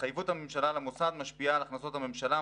התחייבות הממשלה למוסד משפיעה על הכנסות הממשלה,